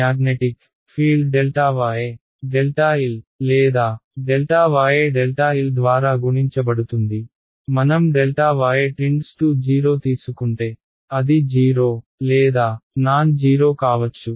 magnetic field y l లేదా yl ద్వారా గుణించబడుతుంది మనం y0తీసుకుంటే అది 0 లేదా నాన్జీరో కావచ్చు